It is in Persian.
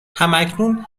هماکنون